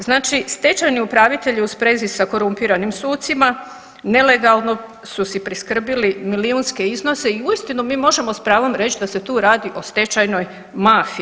Znači stečajni upravitelji u sprezi sa korumpiranim sucima nelegalno su si priskrbili milijunske iznose i uistinu mi možemo s pravom reć da se tu radi o stečajnoj mafiji.